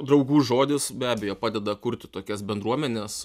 draugų žodis be abejo padeda kurti tokias bendruomenes